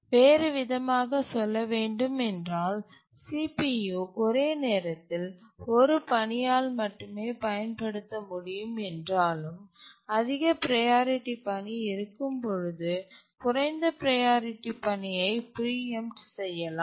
வேறு விதமாக சொல்ல வேண்டுமென்றால் CPU ஒரே நேரத்தில் ஒரு பணியால் மட்டுமே பயன்படுத்த முடியும் என்றாலும் அதிக ப்ரையாரிட்டி பணி இருக்கும்பொழுது குறைந்த ப்ரையாரிட்டி பணியைத் பிரீஎம்ட் செய்யலாம்